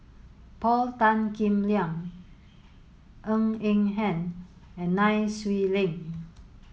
Paul Tan Kim Liang Ng Eng Hen and Nai Swee Leng